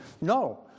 no